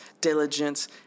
diligence